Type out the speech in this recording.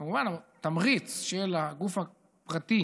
כמובן, התמריץ של הגוף הפרטי